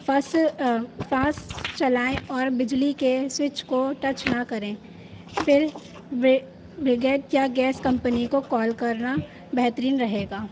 فس فاسٹ چلائیں اور بجلی کے سوئچ کو ٹچ نہ کریں پھر بگیٹ یا گیس کمپنی کو کال کرنا بہترین رہے گا